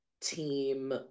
team